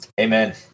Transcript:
Amen